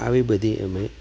આવી બધી અમે